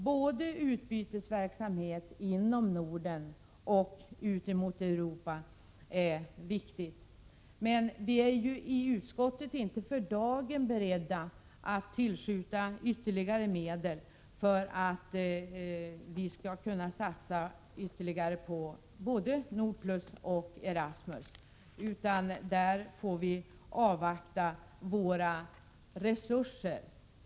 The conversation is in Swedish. Både utbytesverksamhet inom Norden och med Europas länder är viktig. Men vi är i utskottet inte för dagen beredda att tillskjuta ytterligare medel för att kunna satsa mer vare sig på NORDPLUS eller Erasmus, utan vi får avvakta med hänsyn till våra resurser.